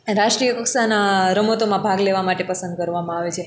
રાષ્ટ્રિય કક્ષાના રમતોમાં ભાગ લેવા માટે પસંદ કરવામાં આવે છે